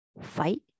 fight